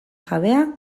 jabea